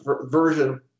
version